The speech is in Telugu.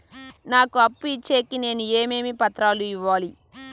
నాకు అప్పు ఇచ్చేకి నేను ఏమేమి పత్రాలు ఇవ్వాలి